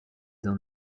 dans